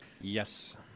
Yes